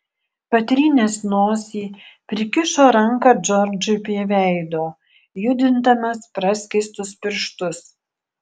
patrynęs nosį prikišo ranką džordžui prie veido judindamas praskėstus pirštus